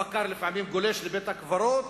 הבקר לפעמים גולש לבית-הקברות